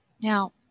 Now